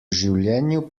življenju